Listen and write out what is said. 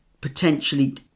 potentially